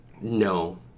No